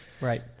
Right